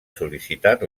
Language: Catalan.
sol·licitat